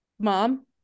mom